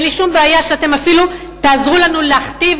אין לי שום בעיה שאתם אפילו תעזרו לנו להכתיב